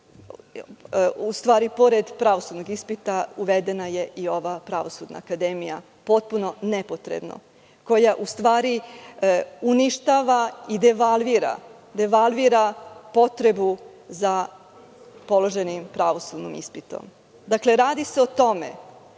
duplira, pored pravosudnog ispita, uvedena je i ova Pravosudna akademija, potpuno nepotrebno, koja u stvari uništava i devalvira potrebu za položenim pravosudnim ispitom. Radi se o tome